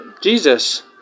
Jesus